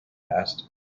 asked